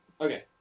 Okay